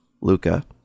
Luca